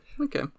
okay